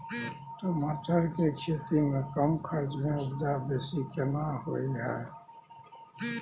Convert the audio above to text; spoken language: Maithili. टमाटर के खेती में कम खर्च में उपजा बेसी केना होय है?